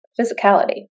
physicality